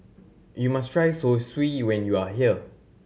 you must try Zosui when you are here